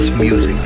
Music